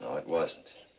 it wasn't.